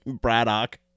Braddock